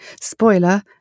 Spoiler